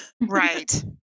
Right